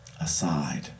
aside